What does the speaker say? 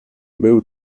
był